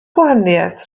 gwahaniaeth